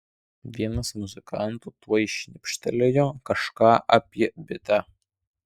vienas muzikantų tuoj šnibžtelėjo kažką apie bitę